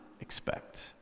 expect